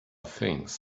things